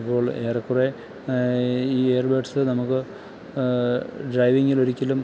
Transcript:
അപ്പോൾ ഏറെ കുറെ ഈ ഇയർ ബഡ്സ് നമുക്ക് ഡ്രൈവിങ്ങിൽ ഒരിക്കലും